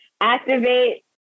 activate